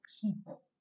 people